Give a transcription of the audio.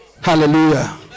Hallelujah